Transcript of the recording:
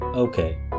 Okay